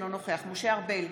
אינו נוכח משה ארבל,